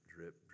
drip